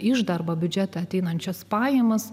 iždą arba biudžetą ateinančias pajamas